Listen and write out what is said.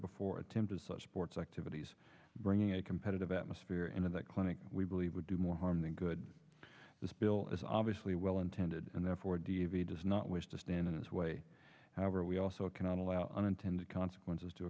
before attempted such sports activities bringing a competitive atmosphere into that clinic we believe would do more harm than good this bill is obviously well intended and therefore d v does not wish to stand in its way however we also cannot allow unintended consequences to